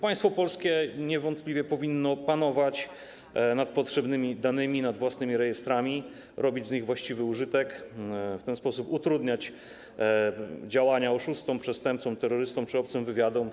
Państwo polskie niewątpliwie powinno panować nad potrzebnymi danymi, nad własnymi rejestrami, robić z nich właściwy użytek, w ten sposób utrudniać działania oszustom, przestępcom, terrorystom czy obcym wywiadom.